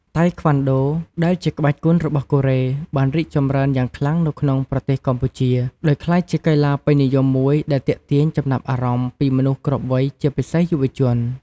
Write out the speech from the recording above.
តៃក្វាន់ដូ ដែលជាក្បាច់គុនរបស់កូរ៉េ បានរីកចម្រើនយ៉ាងខ្លាំងនៅក្នុងប្រទេសកម្ពុជា ដោយក្លាយជាកីឡាពេញនិយមមួយដែលទាក់ទាញចំណាប់អារម្មណ៍ពីមនុស្សគ្រប់វ័យ ជាពិសេសយុវជន។